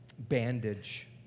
Bandage